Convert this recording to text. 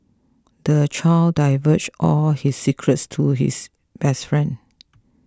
the child divulged all his secrets to his best friend